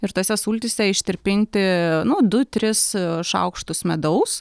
ir tose sultyse ištirpinti nu du tris šaukštus medaus